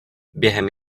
během